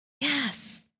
Yes